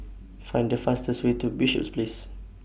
Find The fastest Way to Bishops Place